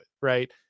Right